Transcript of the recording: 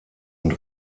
und